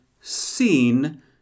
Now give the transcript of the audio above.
seen